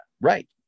Right